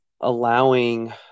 allowing